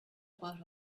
about